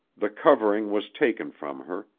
the covering was taken from her,